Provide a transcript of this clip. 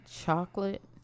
chocolate